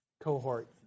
cohort